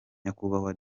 nyakubahwa